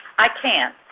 i can.